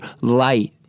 light